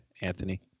Anthony